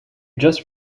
just